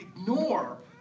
ignore